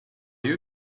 you